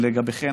לגביכן,